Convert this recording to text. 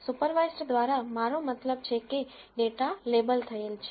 supervised દ્વારા મારો મતલબ છે કે ડેટા લેબલ થયેલ છે